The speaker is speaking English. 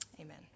Amen